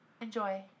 Enjoy